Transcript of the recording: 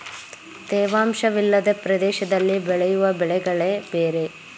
ತೇವಾಂಶ ವಿಲ್ಲದ ಪ್ರದೇಶದಲ್ಲಿ ಬೆಳೆಯುವ ಬೆಳೆಗಳೆ ಬೇರೆ